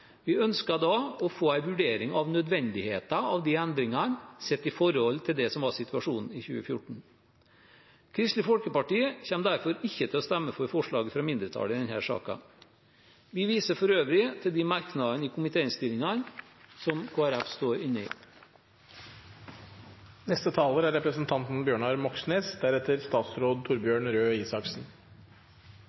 Vi ønsker da å få en vurdering av nødvendigheten av de endringene sett i forhold til det som var situasjonen i 2014. Kristelig Folkeparti kommer derfor ikke til å stemme for forslaget fra mindretallet i denne saken. Vi viser for øvrig til de merknadene i komitéinnstillingen som Kristelig Folkeparti står inne i. Rødt er